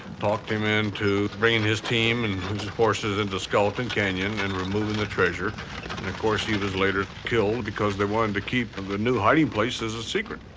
talked him into bringing his team and horses into skeleton canyon, and removing the treasure. of course, he was later killed because they wanted to keep and the new hiding place as a secret.